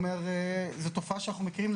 זו תופעה שאנחנו מכירים,